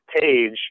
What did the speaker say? page